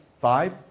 five